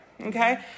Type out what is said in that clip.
okay